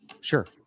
Sure